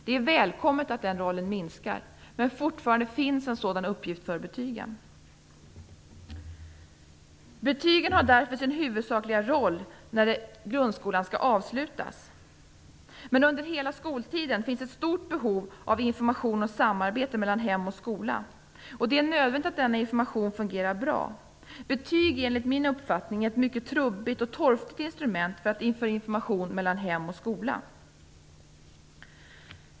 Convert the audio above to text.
Det är välkommet att den rollen minskar. Men fortfarande finns en sådan uppgift för betygen. Betygen spelar därför sin huvudsakliga roll när grundskolan skall avslutas. Men under hela skoltiden finns det ett stort behov av information och samarbete mellan hem och skola. Det är nödvändigt att denna information fungerar bra. Betyg är enligt min uppfattning ett mycket trubbigt och torftigt instrument för information mellan hem och skola.